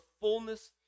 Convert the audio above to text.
fullness